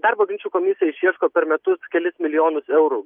darbo ginčų komisija išieško per metus kelis milijonus eurų